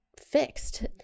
fixed